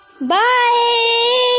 Bye